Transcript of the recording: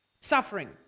suffering